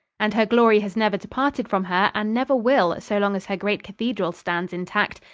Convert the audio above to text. and her glory has never departed from her and never will so long as her great cathedral stands intact,